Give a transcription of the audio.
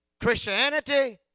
Christianity